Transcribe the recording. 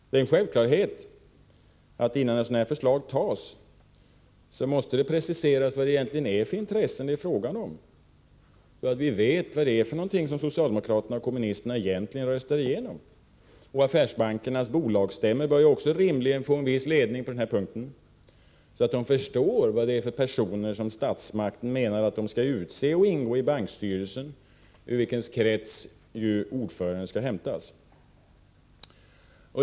Det är en självklarhet att det måste, innan ett förslag som detta bifalles, preciseras vad det egentligen är för intressen det är fråga om, så att vi vet vad socialdemokraterna och kommunisterna röstar igenom. Affärsbankernas bolagsstämmor bör ju också rimligen få viss ledning på denna punkt, så att de förstår vad det är för personer som statsmakten menar att den skall utse att ingå i bankstyrelsen, ur vilken krets ordföranden skall hämtas.